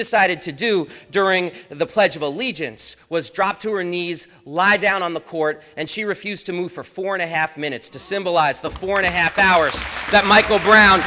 decided to do during the pledge of allegiance was dropped to her knees lie down on the court and she refused to move for four and a half minutes to symbolize the four and a half hours that michael brown